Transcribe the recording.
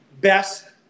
best